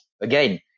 again